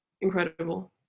incredible